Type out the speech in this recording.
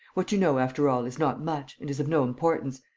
what you know, after all, is not much and is of no importance.